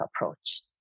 approach